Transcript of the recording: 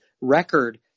record